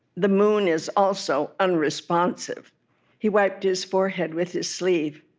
the moon is also unresponsive he wiped his forehead with his sleeve.